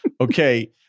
Okay